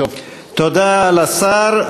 תודה לשר.